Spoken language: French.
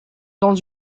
dans